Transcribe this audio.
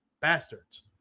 bastards